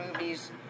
movies